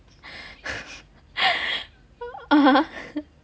(uh huh)